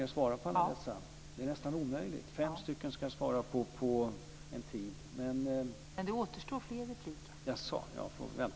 Därför kommer vi att förlägga den typen av verksamheter dit.